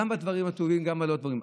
זה גם בדברים הטובים גם בלא טובים.